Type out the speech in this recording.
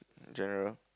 general